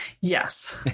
Yes